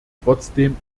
trotzdem